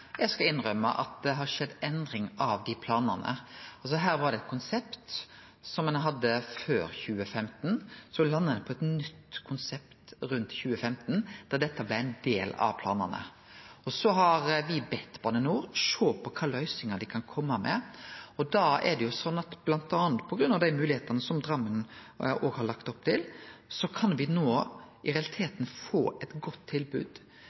Eg trur eg skal innrømme at det har skjedd endring av dei planane. Her var det eit konsept som ein hadde før 2015. Så landa ein på eit nytt konsept rundt 2015 der dette blei ein del av planane. Me har bedt Bane NOR sjå på kva løysingar dei kan kome med. Da er det sånn at bl.a. på grunn av dei moglegheitene som Drammen òg har lagt opp til, kan me no i realiteten få eit godt tilbod.